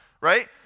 right